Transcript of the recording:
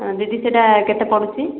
ହଁ ଦିଦି ସେଟା କେତେ ପଡ଼ୁଛି